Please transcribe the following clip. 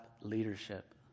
leadership